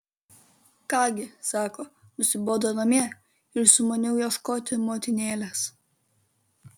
ką gi sako nusibodo namie ir sumaniau ieškoti motinėlės